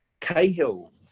Cahill